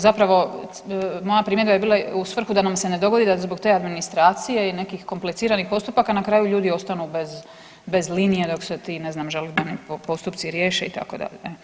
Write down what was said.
Zapravo moja primjedba je bila u svrhu da nam se ne dogodi da zbog te administracije i nekih kompliciranih postupaka na kraju ljudi ostanu bez linije dok se ti ne znam žalidbeni postupci riješe itd.